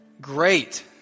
Great